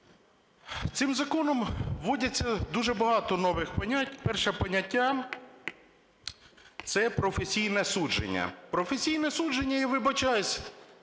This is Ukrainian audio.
Цим законом вводяться дуже багато нових понять. Перше поняття – це професійне судження. Професійне судження, я вибачаюся,